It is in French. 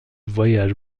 voyage